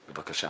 בבקשה.